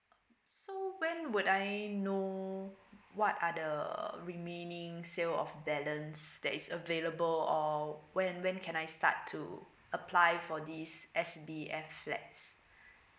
so when would I know what are the remaining sale of balance that is available or when when can I start to apply for this S_B_F flats